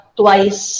twice